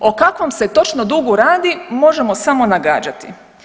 O kakvom se točno dugu radi, možemo samo nagađati.